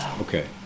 Okay